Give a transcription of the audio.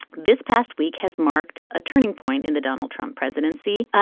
this past week has marked a turning point in the donald trump presidency.